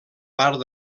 part